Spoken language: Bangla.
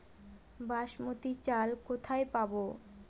বাসমতী চাল কোথায় পাবো?